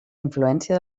influència